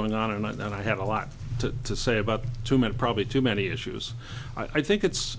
going on and i had a lot to say about too many probably too many issues i think it's